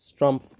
Strumpf